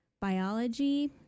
biology